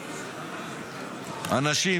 אנשים